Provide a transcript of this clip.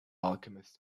alchemist